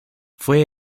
fue